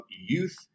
youth